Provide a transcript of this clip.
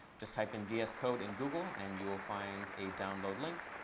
just type in vscode in google, and you will find a download link.